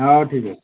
ହଉ ଠିକ୍ ଅଛି